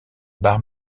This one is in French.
bar